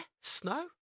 snow